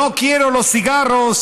נו קיירו לה סיגרוס,